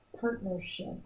partnership